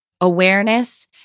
awareness